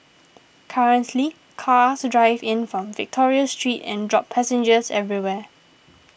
currently cars drive in from Victoria Street and drop passengers everywhere